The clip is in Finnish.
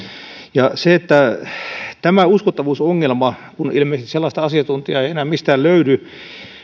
tämä uskottavuusongelma kun ilmeisesti sellaista asiantuntijaa ei enää mistään löydy